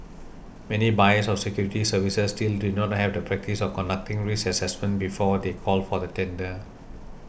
many buyers of security services still do not have the practice of conducting risk assessments before they call for tender